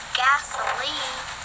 gasoline